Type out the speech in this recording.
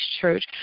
church